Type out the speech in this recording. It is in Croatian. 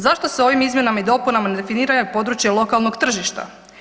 Zašto se ovim izmjenama i dopunama ne definiraju područja lokalnog tržišta?